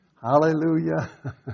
Hallelujah